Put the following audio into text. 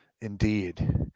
Indeed